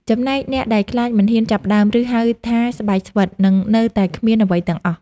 ចំណែកអ្នកដែលខ្លាចមិនហ៊ានចាប់ផ្ដើម ឬ ហៅថាស្បែកស្វិត នឹងនៅតែគ្មានអ្វីទាំងអស់។